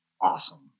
awesome